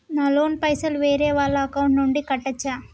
నా లోన్ పైసలు వేరే వాళ్ల అకౌంట్ నుండి కట్టచ్చా?